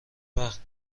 وقت